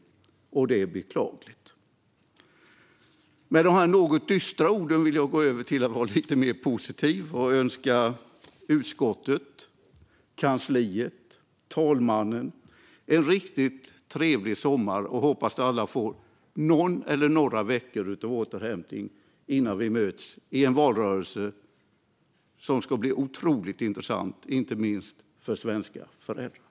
Det är beklagligt. Efter de något dystra orden vill jag bli lite mer positiv och önska utskottet, kansliet och talmannen en riktigt trevlig sommar. Jag hoppas att alla får någon vecka eller några veckor av återhämtning innan vi möts i en valrörelse som ska bli otroligt intressant, inte minst för svenska föräldrar.